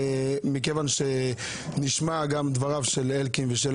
מכיוון שנשמעו דבריו של אלקין וגם דבריה